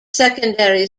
secondary